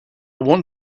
want